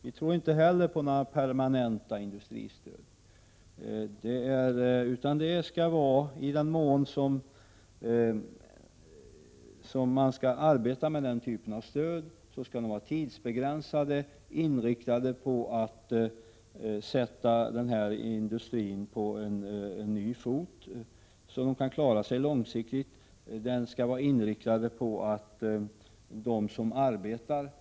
Vi tror inte heller på permanenta industristöd, utan i den mån man skall arbeta med den typen av stöd skall dessa vara tidsbegränsade. Dessutom skall inriktningen vara den att industrin skall sättas på nya fötter, så att den kan klara sig långsiktigt. De som arbetar skall ha möjligheter att söka andra — Prot.